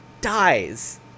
dies